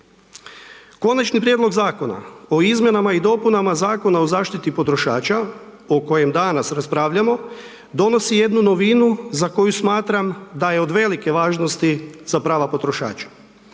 Konačni prijedlog Zakona o izmjenama i dopunama Zakona o zaštiti potrošača o kojem danas raspravljamo donosi jednu novinu za koju smatram da je od velike važnosti za prava potrošača.